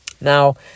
now